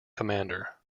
commander